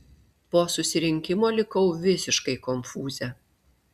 po susirinkimo likau visiškai konfūze